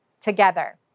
together